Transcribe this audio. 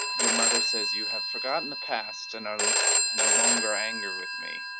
your mother says you have forgotten the past and are no longer angry with me.